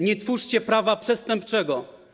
Nie twórzcie prawa przestępczego.